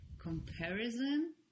comparison